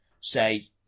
say